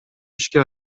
ишке